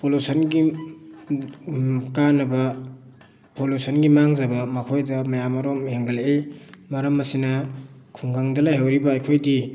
ꯄꯣꯂꯨꯁꯟꯒꯤ ꯀꯥꯟꯅꯕ ꯄꯣꯂꯨꯁꯟꯒꯤ ꯃꯥꯡꯖꯕ ꯃꯈꯣꯏꯗ ꯀꯌꯥ ꯃꯔꯨꯝ ꯍꯦꯟꯒꯠꯂꯛꯏ ꯃꯔꯝ ꯑꯁꯤꯅ ꯈꯨꯡꯒꯪꯗ ꯂꯩꯍꯧꯔꯤꯕ ꯑꯩꯈꯣꯏꯒꯤ